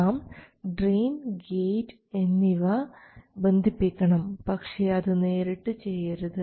നാം drain gate എന്നിവ ബന്ധിപ്പിക്കണം പക്ഷേ അത് നേരിട്ട് ചെയ്യരുത്